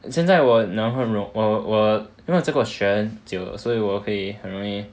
现在我能很容我我因为这个我学很久所以我会很容易